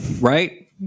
right